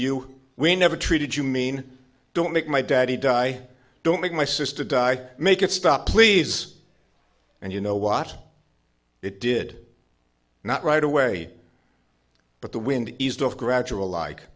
you we never treated you mean don't make my daddy die don't make my sister die make it stop please and you know wot it did not right away but the wind eased off gradual like